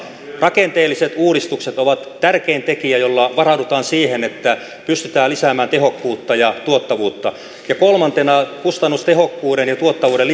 rakenteelliset uudistukset ovat tärkein tekijä jolla varaudutaan siihen että pystytään lisäämään tehokkuutta ja tuottavuutta ja kolmantena on kustannustehokkuuden ja tuottavuuden